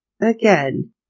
again